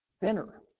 thinner